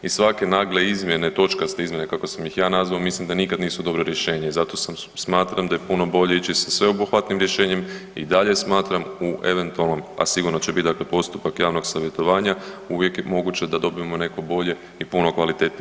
Iz svake nagle izmjene, točkaste izmjene kako sam ih ja nazvao, mislim da nikad nisu dobro rješenje, zato smatram da je puno bolje ići sa sveobuhvatnim rješenjem, i dalje smatram u eventualnom a sigurno će biti dakle postupak javnog savjetovanja, uvijek je moguće da dobijemo neko bolje i puno kvalitetnije